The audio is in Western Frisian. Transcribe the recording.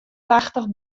tachtich